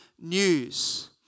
news